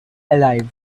alive